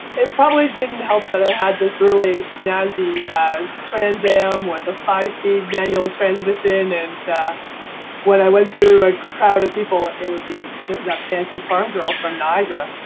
it probably didn't help that i had this really snazzy trans-am with a five-speed manual transmission and when i went through a crowd of people, it would be there's a fancy farm girl from niagara.